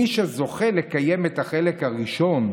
מי שזוכה לקיים את החלק הראשון,